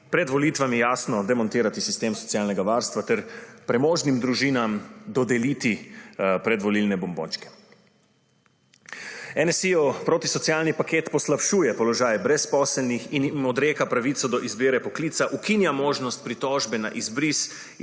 pred volitvami jasno demontirati sistem socialnega varstva ter premožnim družinam dodeliti predvolilne bombončke. NSi-jev protisocialni paket poslabšuje položaj brezposelnih in jim odreka pravico do izbire poklica, ukinja možnost pritožbe na izbris